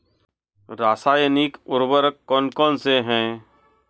रासायनिक उर्वरक कौन कौनसे हैं?